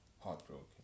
heartbroken